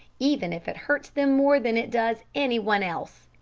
even if it hurts them more than it does any one else.